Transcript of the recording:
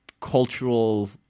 cultural –